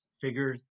figure